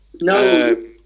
No